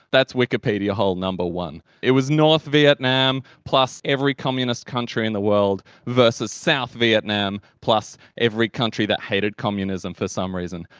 that's wikipedia hole number one. it was north vietnam, plus every communist country in the world, versus south vietnam plus every country that hated communism for some reason.